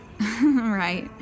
Right